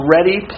Ready